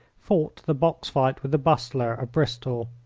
fought the box-fight with the bustler, of bristol.